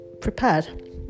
prepared